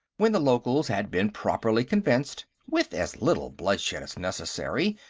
when the locals had been properly convinced with as little bloodshed as necessary,